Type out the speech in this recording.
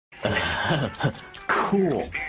Cool